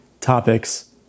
topics